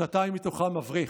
שנתיים מתוכן אברך.